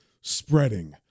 spreading